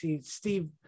Steve